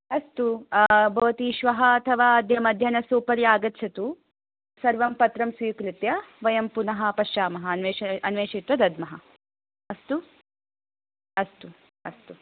अस्तु भवती श्वः अथवा अद्य मध्याह्नस्य उपरि आगच्छतु सर्वं पत्रं स्वीकृत्य वयं पुनः पश्यामः अन्वेष अन्वेषित्वा दद्मः हा अस्तु अस्तु अस्तु